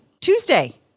Tuesday